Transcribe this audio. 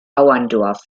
bauerndorf